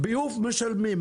ביוב משלמים.